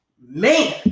man